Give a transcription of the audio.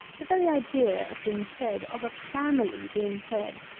the very idea of being fed, of a family being fed,